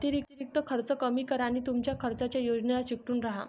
अतिरिक्त खर्च कमी करा आणि तुमच्या खर्चाच्या योजनेला चिकटून राहा